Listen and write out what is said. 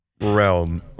realm